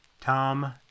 Tom